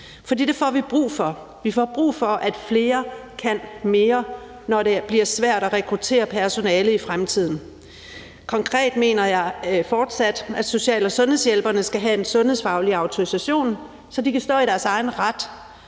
for det får vi brug for. Vi får brug for, at flere kan mere, når det bliver svært at rekruttere personale i fremtiden. Konkret mener jeg fortsat, at social- og sundhedshjælperne skal have en sundhedsfaglig autorisation, så de kan stå i deres egen ret